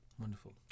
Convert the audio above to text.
Wonderful